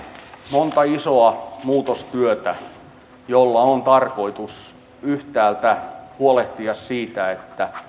monta isoa muutostyötä joilla on tarkoitus yhtäältä huolehtia siitä että